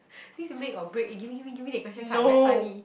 this make or break eh give me give me give me that question card very funny